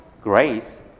grace